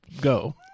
go